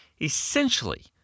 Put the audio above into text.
essentially